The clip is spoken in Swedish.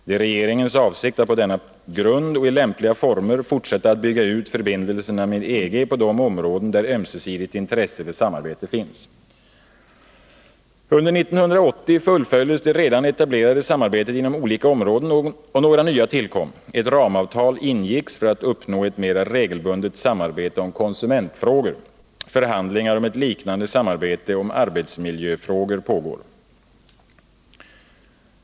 Det är regeringens avsikt att på denna grund och i lämpliga former fortsätta att bygga ut förbindelserna med EG på de områden där ömsesidigt intresse för samarbete finns. Under 1980 fullföljdes det redan etablerade samarbetet inom olika områden, och några nya tillkom. Ett ramavtal ingicks för att uppnå ett mer regelbundet samarbete om konsumentfrågor. Förhandlingar om ett liknande samarbete om arbetsmiljöfrågor pågår.